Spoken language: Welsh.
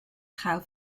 chael